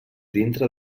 dintre